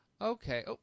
okay